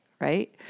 right